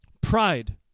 pride